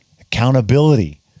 accountability